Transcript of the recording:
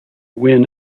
win